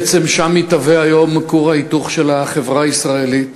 בעצם שם מתהווה היום כור ההיתוך של החברה הישראלית.